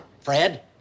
Fred